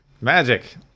Magic